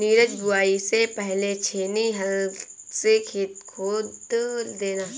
नीरज बुवाई से पहले छेनी हल से खेत खोद देना